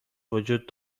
وجود